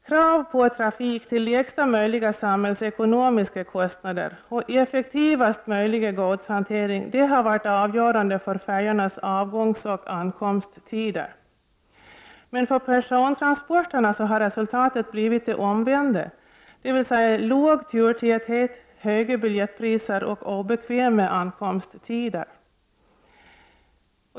Krav på trafik till lägsta möjliga samhällsekonomiska kostnader och effektivaste möjliga godshantering har varit avgörande för färjornas avgångsoch ankomsttider. Men för persontransporterna har resultatet blivit den omvända, dvs. låg turtäthet, höga biljettpriser och obekväma ankomsttider.